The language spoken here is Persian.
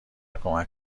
کمک